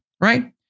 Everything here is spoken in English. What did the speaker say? right